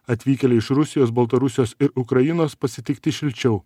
atvykėliai iš rusijos baltarusijos ir ukrainos pasitikti šilčiau